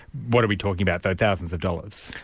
what are we talking about though, thousands of dollars?